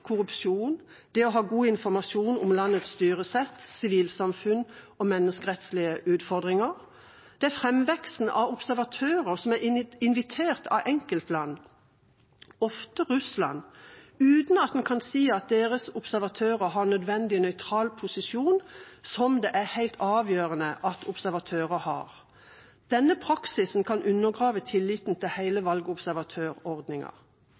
korrupsjon, det å ha god informasjon om landets styresett, sivilsamfunn og menneskerettslige utfordringer, og det er framveksten av observatører som er invitert av enkeltland, ofte Russland, uten at man kan si at deres observatører har nødvendige nøytral posisjon, som det er helt avgjørende at observatører har. Denne praksisen kan undergrave tilliten til